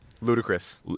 ludicrous